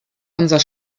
unser